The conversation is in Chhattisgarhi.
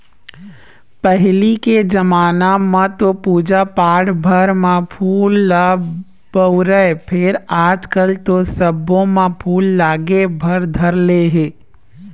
पहिली के जमाना म तो पूजा पाठ भर म फूल ल बउरय फेर आजकल तो सब्बो म फूल लागे भर धर ले हे